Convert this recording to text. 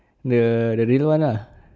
the the little one lah